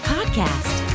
Podcast